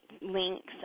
links